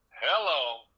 Hello